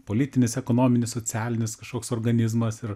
politinis ekonominis socialinis kažkoks organizmas ir